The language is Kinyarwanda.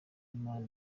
impano